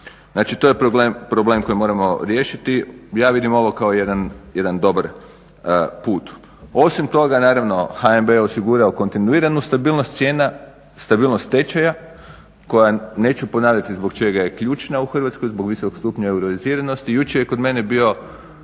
Znači, to je problem koji moramo riješiti. Ja vidim ovo kao jedan dobar put. Osim toga naravno HNB je osigurao kontinuiranu stabilnost cijena, stabilnost tečaja koja, neću ponavljati zbog čega je ključna u Hrvatskoj, zbog visokog stupnja euriziranosti. Jučer je kod mene bio